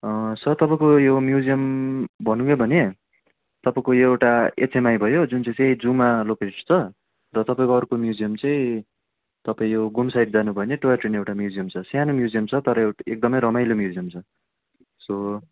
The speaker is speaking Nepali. सर तपाईँको यो म्युजियम भनूँ है भने तपाईँको यो एउटा एचएमआई भयो जुन चाहिँ चाहिँ जूमा लोकेटेड छ र तपाईँको अर्को म्युजियम चाहिँ तपाईँ यो घुम साइड जानु भयो भने टोई ट्रेन एउटा म्युजियम छ सानो म्युजियम छ तर एकदमै रमाइलो म्युजियम छ सो